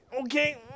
okay